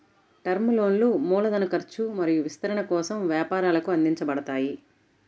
term లోన్లు మూలధన ఖర్చు మరియు విస్తరణ కోసం వ్యాపారాలకు అందించబడతాయి